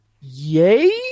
yay